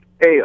Hey